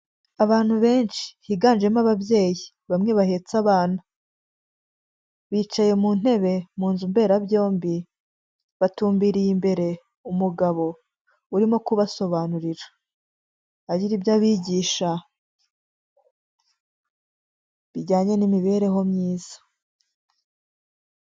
Abantu benshi higanjemo ababyeyi bamwe bahetse abana, bicaye mu ntebe mu nzu mberabyombi batumbiriye imbere umugabo urimo kubasobanurira agira ibyo abigisha bijyanye n'imibereho myiza.